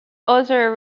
other